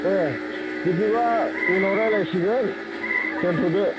दे बिदिबा उनाव रायलायसिगोन दोन्थ'दो